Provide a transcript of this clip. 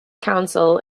council